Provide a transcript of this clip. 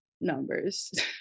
numbers